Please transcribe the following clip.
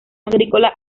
agrícola